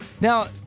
Now